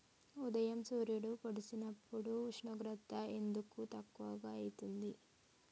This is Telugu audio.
ఉదయం సూర్యుడు పొడిసినప్పుడు ఉష్ణోగ్రత ఎందుకు తక్కువ ఐతుంది?